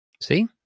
See